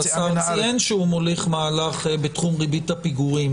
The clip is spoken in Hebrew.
השר ציין שהוא מוליך מהלך בתחום ריבית הפיגורים.